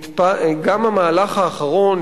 גם המהלך האחרון,